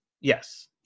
Yes